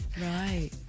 Right